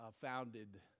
founded